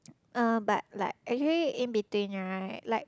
uh but like actually in between right like